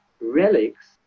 relics